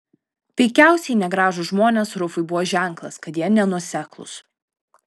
veikiausiai negražūs žmonės rufui buvo ženklas kad jie nenuoseklūs